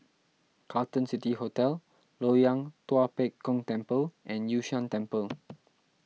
Carlton City Hotel Loyang Tua Pek Kong Temple and Yun Shan Temple